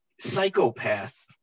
psychopath